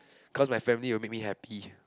cause my family will make me happy